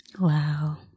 Wow